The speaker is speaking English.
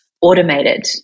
automated